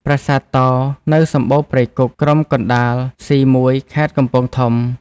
ប្រាសាទតោនៅសម្បូរព្រៃគុក ក្រុមកណ្ដាល C1 ខេត្តកំពង់ធំ។